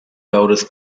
oldest